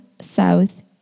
south